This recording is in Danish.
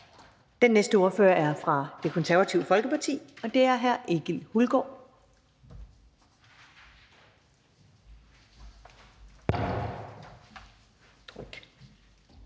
Den næste ordfører er fra Det Konservative Folkeparti, og det er hr. Egil Hulgaard.